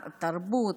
תרבות,